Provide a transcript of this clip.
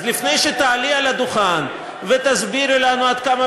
אז לפני שתעלי על הדוכן ותסבירי לנו עד כמה